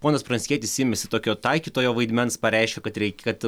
ponas pranckietis ėmėsi tokio taikytojo vaidmens pareiškė kad reikia kad